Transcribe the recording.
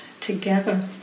together